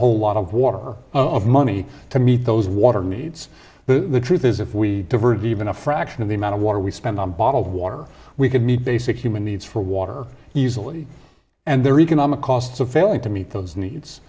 whole lot of water of money to meet those water needs but the truth is if we divert even a fraction of the amount of water we spend on bottled water we could meet basic human needs for water easily and there are economic costs of failing to meet those needs